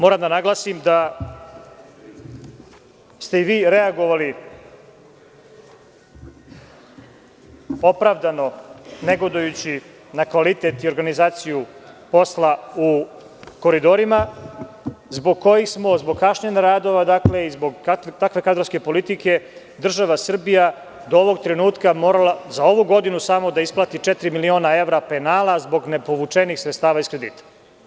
Moram da naglasim da ste i vi reagovali opravdano negodujući na organizaciju posla u „Koridorima“ zbog kojih smo, zbog kašnjenja radova i takve kadrovske politike, do ovog trenutka za ovu godinu da isplatimo četiri miliona evra penala zbog nepovučenih sredstava iz kredita.